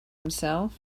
himself